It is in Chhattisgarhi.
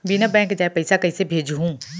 बिना बैंक जाये पइसा कइसे भेजहूँ?